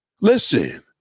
Listen